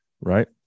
Right